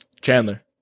Chandler